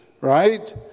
Right